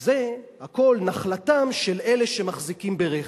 זה, הכול נחלתם של אלה שמחזיקים ברכב.